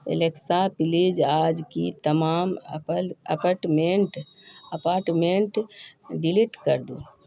Alexa please آج کی تمام اپاٹمنٹ ڈیلیٹ کر دو